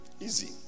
Easy